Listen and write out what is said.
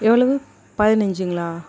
எவ்வளவு பதினஞ்சுங்களா